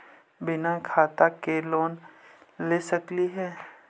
बिना खाता के लोन ले सकली हे?